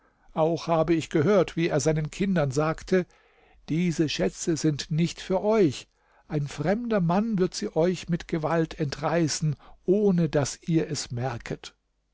auch habe ich gehört wie er seinen kindern sagte diese schätze sind nicht für euch ein fremder mann wird sie euch mit gewalt entreißen ohne daß ihr es merket